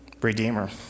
Redeemer